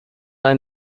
ein